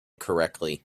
correctly